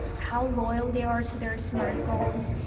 how loyal they are to their smartphones,